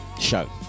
show